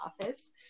office